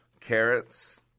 carrots